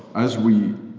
as we